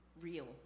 real